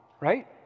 right